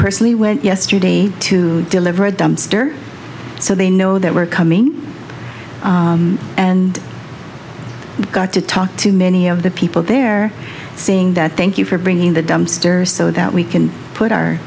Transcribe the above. personally went yesterday to deliver a dumpster so they know that we're coming and got to talk to many of the people there saying that thank you for bringing the dumpster so that we can put our